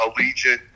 Allegiant